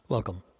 Welcome